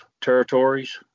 territories